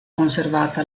conservata